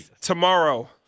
Tomorrow